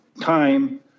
time